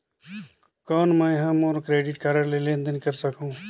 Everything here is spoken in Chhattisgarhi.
कौन मैं ह मोर क्रेडिट कारड ले लेनदेन कर सकहुं?